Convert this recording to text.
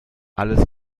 alles